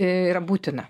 yra būtina